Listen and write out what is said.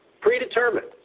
Predetermined